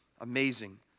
amazing